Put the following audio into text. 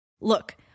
look